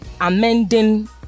amending